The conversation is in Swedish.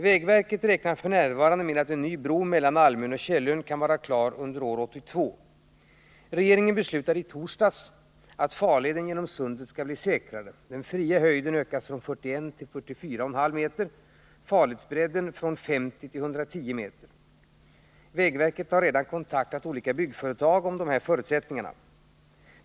Vägverket räknar f. n. med att en ny bro mellan Almön och Källön kan vara klar under år 1982. Regeringen beslutade i torsdags att farleden genom sundet skall bli säkrare. Den fria höjden ökas från 41 meter till 44,5 meter och farledsbredden från 50 meter till 110 meter. Vägverket har redan kontaktat olika byggföretag om dessa förutsättningar.